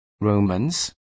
romans